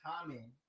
common